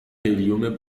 هلیوم